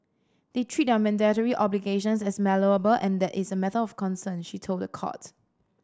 they treat their mandatory obligations as malleable and that is a matter of concern she told the court